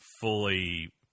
fully